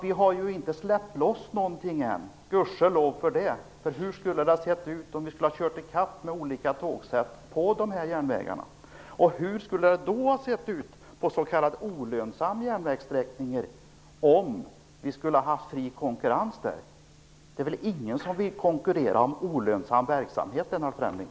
Vi har ju inte - gudskelov - släppt loss någonting än. Hur skulle det ha sett ut om vi hade kört i kapp med olika tågsätt på dessa järnvägar, och hur skulle det då ha sett ut på den s.k. olönsamma järnvägssträckningen om vi skulle ha haft fri konkurrens där! Det är väl ingen som vill konkurrera om olönsam verksamhet, Lennart Fremling.